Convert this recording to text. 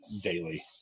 daily